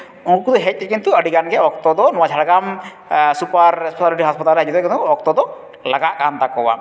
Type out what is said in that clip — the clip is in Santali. ᱩᱱᱠᱩ ᱫᱚ ᱦᱮᱡᱛᱮ ᱠᱤᱱᱛᱩ ᱟᱹᱰᱤᱜᱟᱱ ᱜᱮ ᱚᱠᱛᱚ ᱫᱚ ᱱᱟᱣᱟ ᱡᱷᱟᱲᱜᱨᱟᱢ ᱥᱩᱯᱟᱨ ᱮᱥᱯᱮᱥᱟᱞᱤᱴᱤ ᱦᱟᱥᱯᱟᱛᱟᱞ ᱨᱮ ᱠᱤᱱᱛᱩ ᱚᱠᱛᱚ ᱫᱚ ᱞᱟᱜᱟᱜ ᱠᱟᱱ ᱛᱟᱠᱚᱣᱟ